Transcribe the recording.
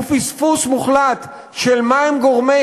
הוא פספוס מוחלט של מה הם גורמי